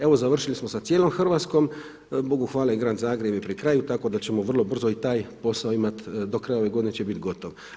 Evo završili smo sa cijelom Hrvatskom, bogu hvala i Grad Zagreb je pri kraju, tako da ćemo vrlo brz i taj posao imati, do kraja ove godine će biti gotov.